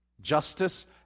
justice